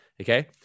Okay